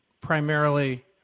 primarily